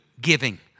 Giving